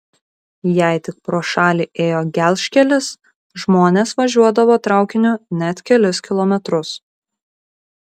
jei tik pro šalį ėjo gelžkelis žmonės važiuodavo traukiniu net kelis kilometrus